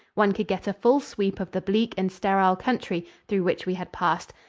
one could get a full sweep of the bleak and sterile country through which we had passed,